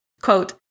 quote